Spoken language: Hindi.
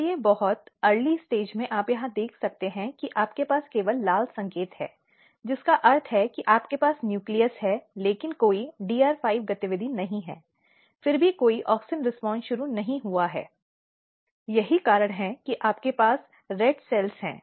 इसलिए बहुत प्रारंभिक चरण में आप यहां देख सकते हैं कि आपके पास केवल लाल संकेत है जिसका अर्थ है कि आपके पास न्यूक्लियस है लेकिन कोई DR5 गतिविधि नहीं है फिर भी कोई ऑक्सिन प्रतिक्रिया शुरू नहीं हुआ है यही कारण है कि आपके पास लाल कोशिकाएं हैं